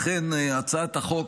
לכן הצעת החוק